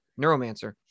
Neuromancer